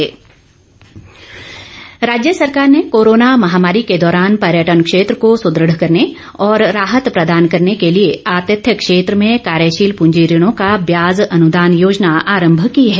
पर्यटन राज्य सरकार ने कोरोना महामारी के दौरान पर्यटन क्षेत्र को सुदृढ़ करने और राहत प्रदान करने के लिए आतिथ्य क्षेत्र में कार्यशील पूंजी ऋणों का ब्याज अनुदान योजना आरंभ की है